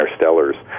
interstellars